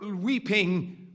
weeping